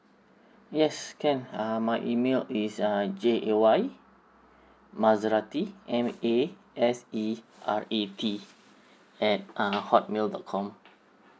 yes can um my email is uh J A Y maserati M A S E R A T at uh hot mail dot com